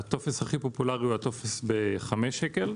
והטופס הכי פופולרי הוא ב-5 שקלים,